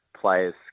players